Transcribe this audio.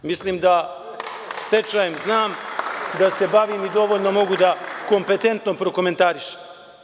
Mislim da stečajem znam da se bavim i dovoljno mogu da kompetentno prokomentarišem.